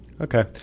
Okay